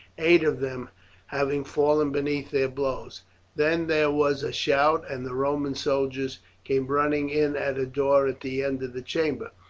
eight of them having fallen beneath their blows then there was a shout, and the roman soldiers came running in at a door at the end of the chamber.